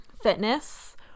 fitness